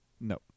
No